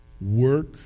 Work